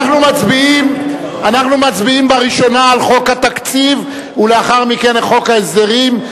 אנחנו מצביעים בראשונה על חוק התקציב ולאחר מכן על חוק ההסדרים,